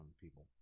people